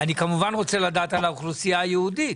אני כמובן רוצה לדעת על האוכלוסייה היהודית,